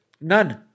None